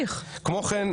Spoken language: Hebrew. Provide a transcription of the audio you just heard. כן,